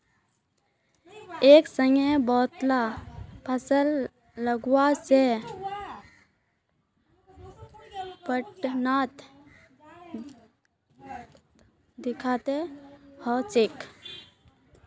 एक संग बहुतला फसल लगावा से पटवनोत दिक्कत ह छेक